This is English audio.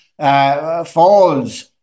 falls